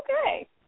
Okay